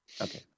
Okay